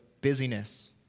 busyness